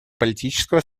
политического